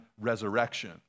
resurrection